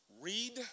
Read